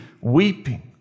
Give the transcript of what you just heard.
weeping